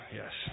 yes